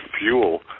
fuel